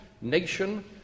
nation